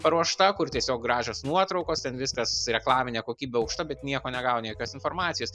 paruošta kur tiesiog gražios nuotraukos ten viskas reklaminė kokyb aukšta bet nieko negauni jokios informacijos